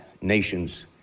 nation's